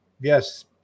yes